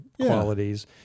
qualities